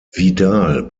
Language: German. vidal